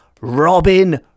robin